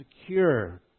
secure